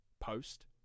post